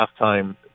halftime